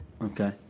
Okay